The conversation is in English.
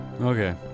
Okay